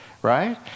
Right